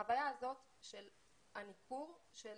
החוויה הזו של הניכור, של